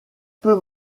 peu